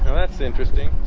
that's interesting